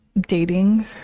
dating